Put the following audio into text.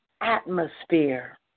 atmosphere